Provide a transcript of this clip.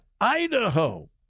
Idaho